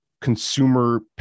consumer